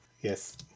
Yes